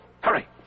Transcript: Hurry